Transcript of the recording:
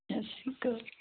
ਸਤਿ ਸ਼੍ਰੀ ਅਕਾਲ